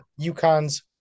UConn's